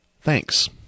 Thanks